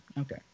okay